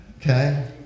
Okay